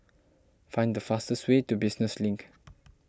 find the fastest way to Business Link